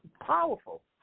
powerful